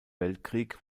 weltkrieg